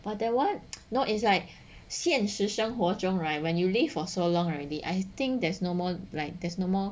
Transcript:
but then what now it's like 现实生活中 right when you live for so long already I think there's no more like there's no more